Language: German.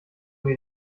mir